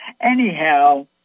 Anyhow